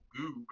goob